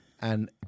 and-